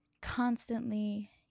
constantly